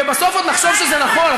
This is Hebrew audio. ובסוף עוד נחשוב שזה נכון.